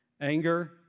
anger